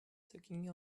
talking